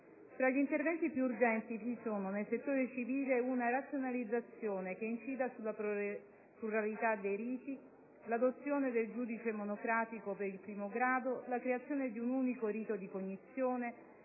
Fra gli interventi più urgenti vi sono, nel settore civile, una razionalizzazione che incida sulla pluralità dei riti, l'adozione del giudice monocratico per il primo grado, la creazione di un unico rito di cognizione,